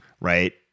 right